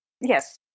Yes